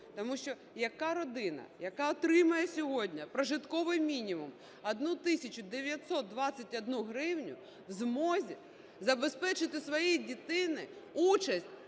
Тому що яка родина, яка отримує сьогодні прожитковий мінімум 1 тисячу 921 гривню, в змозі забезпечити своїй дитині участь